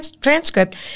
transcript